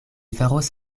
faros